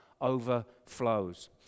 overflows